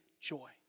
joy